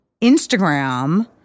Instagram